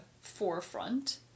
forefront